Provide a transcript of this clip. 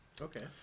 Okay